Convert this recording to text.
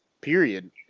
Period